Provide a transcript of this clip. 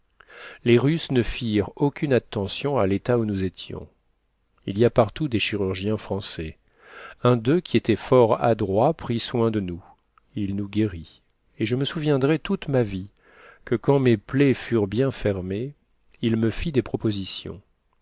les russes ne firent aucune attention à l'état où nous étions il y a partout des chirurgiens français un d'eux qui était fort adroit prit soin de nous il nous guérit et je me souviendrai toute ma vie que quand mes plaies furent bien fermées il me fit des propositions